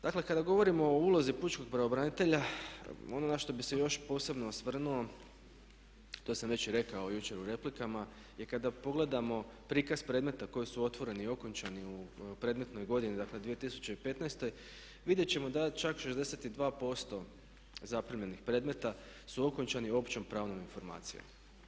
Dakle, kada govorimo o ulazi pučkog pravobranitelja, ono na što bih se još posebno osvrnuo to sam već i rekao jučer u replikama je kada pogledamo prikaz predmeta koji su otvoreni i okončani u predmetnoj godini, dakle 2015. vidjet ćemo da čak 62% zaprimljenih predmeta su okončani općom pravnom informacijom.